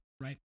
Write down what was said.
right